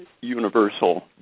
universal